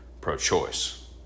pro-choice